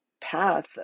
path